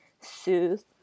soothe